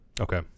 Okay